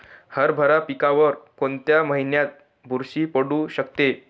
हरभरा पिकावर कोणत्या महिन्यात बुरशी पडू शकते?